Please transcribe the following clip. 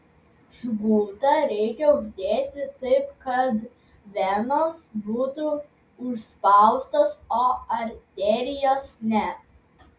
žgutą reikia uždėti taip kad venos būtų užspaustos o arterijos ne